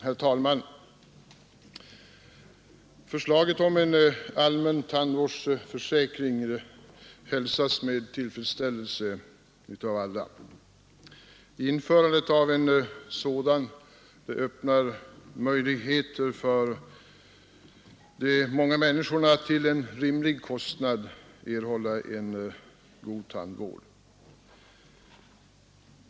Herr talman! Förslaget om en allmän tandvårdsförsäkring hälsas med tillfredsställelse av alla. Införandet av en sådan öppnar möjligheter för de många människorna att till en rimlig kostnad erhålla en god tandvård.